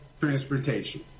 transportation